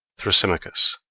thrasymachos.